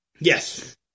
Yes